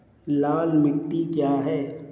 लाल मिट्टी क्या है?